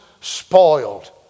spoiled